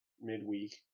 midweek